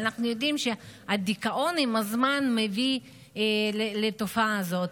אבל אנחנו יודעים שהדיכאון מביא עם הזמן לתופעה הזאת.